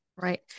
Right